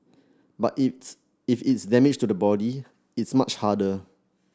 but it if it's damage to the body it's much harder